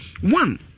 one